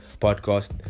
podcast